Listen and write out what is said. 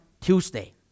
Tuesday